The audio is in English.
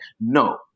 No